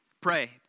Pray